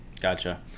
Gotcha